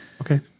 Okay